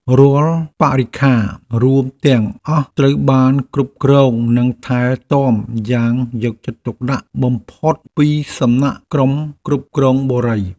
រាល់បរិក្ខាររួមទាំងអស់ត្រូវបានគ្រប់គ្រងនិងថែទាំយ៉ាងយកចិត្តទុកដាក់បំផុតពីសំណាក់ក្រុមគ្រប់គ្រងបុរី។